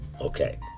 Okay